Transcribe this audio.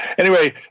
anyway,